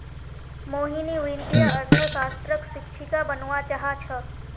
मोहिनी वित्तीय अर्थशास्त्रक शिक्षिका बनव्वा चाह छ